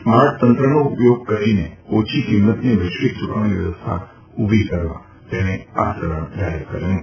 સ્માર્ટતંત્રનો ઉપયોગ કરીને ઓછી કિંમતની વૈશ્વિક ચૂકવણી વ્યવસ્થા ઊભી કરવા તેણે આ ચલણ જાહેર કર્યું છે